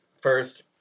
first